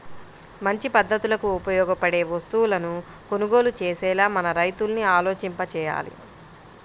మంచి పద్ధతులకు ఉపయోగపడే వస్తువులను కొనుగోలు చేసేలా మన రైతుల్ని ఆలోచింపచెయ్యాలి